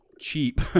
cheap